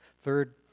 Third